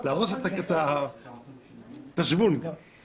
אתה מביא לי את זה כשאני כאן כחבר